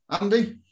Andy